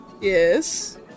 Yes